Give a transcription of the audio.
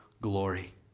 glory